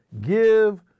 give